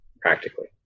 practically